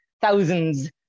thousands